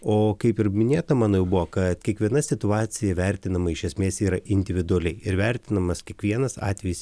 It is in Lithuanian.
o kaip ir minėta mano jau buvo kad kiekviena situacija įvertinama iš esmės yra individualiai ir vertinamas kiekvienas atvejis